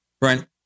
Brent